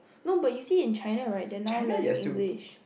no but you see in China right they are now learning English